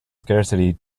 scarcity